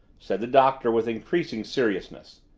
said the doctor with increasing seriousness.